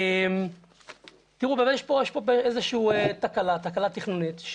יש פה תקלה, תקלה תכנונית.